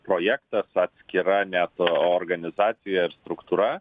projektas atskira net organizacijoje struktūra